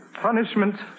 punishment